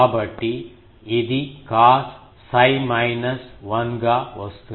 కాబట్టిఇది cos 𝜓 1 గా వస్తుంది